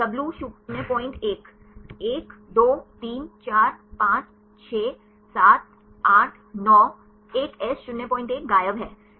W 01 1 2 3 4 5 6 7 8 9 एक S 01 गायब है